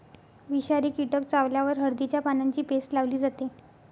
विषारी कीटक चावल्यावर हळदीच्या पानांची पेस्ट लावली जाते